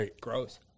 gross